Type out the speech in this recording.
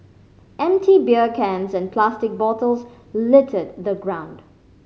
empty beer cans and plastic bottles littered the ground